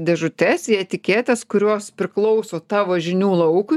dėžutes į etiketes kurios priklauso tavo žinių laukui